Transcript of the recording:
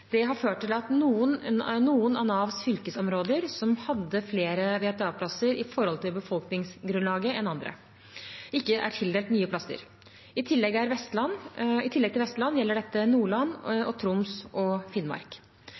Det har ført til at noen av Navs fylkesområder som hadde flere VTA-plasser i forhold til befolkningsgrunnlaget enn andre, ikke er tildelt nye plasser. I tillegg til Vestland gjelder dette Nordland, Troms og Finnmark.